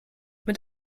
mit